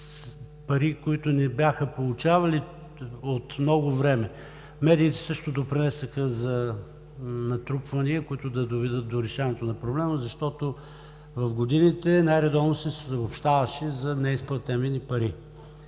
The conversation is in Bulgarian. пари, които не бяха получавали от много време. Медиите също допринесоха за натрупвания, които да доведат до решаването на проблема, защото в годините най-редовно се съобщаваше за неизплатени пари